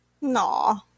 No